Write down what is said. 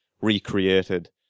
recreated